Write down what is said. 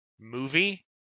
movie